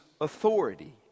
authority